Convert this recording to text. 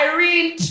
Irene